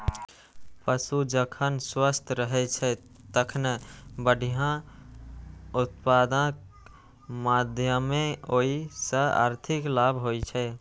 पशु जखन स्वस्थ रहै छै, तखने बढ़िया उत्पादनक माध्यमे ओइ सं आर्थिक लाभ होइ छै